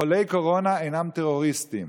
חולי קורונה אינם טרוריסטים.